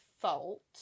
fault